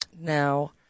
Now